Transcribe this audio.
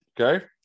Okay